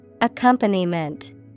Accompaniment